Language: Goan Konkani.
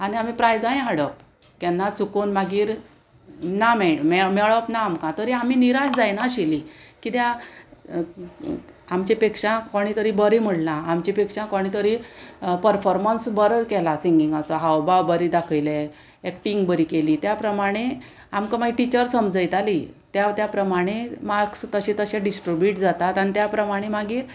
आनी आमी प्रायजांय हाडप केन्ना चुकून मागीर ना मेळ मेळ मेळप ना आमकां तरी आमी निराश जायनाशिल्लीं कित्या आमच्या पेक्षा कोणें तरी बरी म्हणलां आमच्या पेक्षा कोणें तरी पर्फोर्मन्स बरो केला सिंगिंगाचो हाव भाव बरे दाखयले एक्टींग बरी केली त्या प्रमाणें आमकां मागीर टिचर समजयताली त्या प्रमाणें मार्क्स तशें तशें डिस्ट्रिब्यूट जातात आनी त्या प्रमाणें मागीर